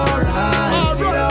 alright